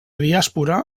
diàspora